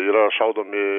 yra šaudomi